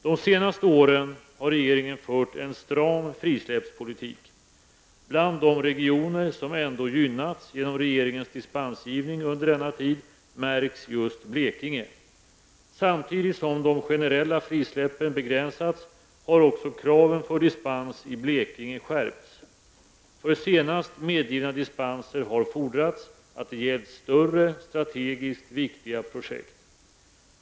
De senaste åren har regeringen fört en stram frisläppspolitik. Bland de regioner som ändå gynnats genom regeringens dispensgivning under denna tid märks just Blekinge. Samtidigt som de generella frisläppen begränsats har också kraven för dispens i Blekinge skärpts. För senast medgivna dispenser har fordrats att det gällt större strategiskt viktiga projekt.